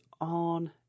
on